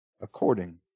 according